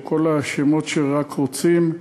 כל השמות שרק רוצים.